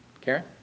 Karen